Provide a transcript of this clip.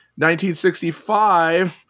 1965